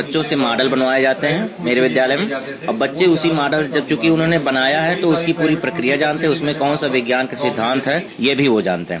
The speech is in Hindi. बच्चों से मॉडल बनावये जाते है मेरे विद्यालय में अब बच्चे उसी मॉडल से चूंकि उन्होंने बनाया है तो उसकी पूरी प्रक्रिया जानते है उसमें कौन से विज्ञान का सिद्धान्त है यह भी वह जानते है